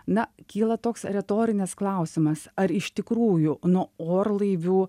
na kyla toks retorinis klausimas ar iš tikrųjų nuo orlaivių